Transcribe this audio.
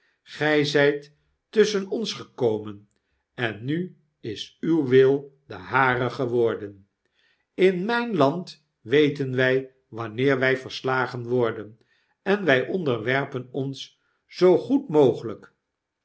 gy zjjt tusschen ons gekomen en nu is uw wil de hare geworden in mijn land weten wy wanneer wjj verslagen worden en w onderwerpen ons zoo goed mogeltjk